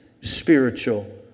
spiritual